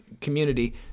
community